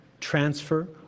transfer